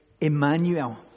Emmanuel